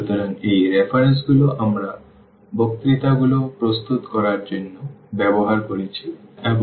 সুতরাং এই রেফারেন্সগুলো আমি বক্তৃতা গুলো প্রস্তুত করার জন্য ব্যবহার করেছি এবং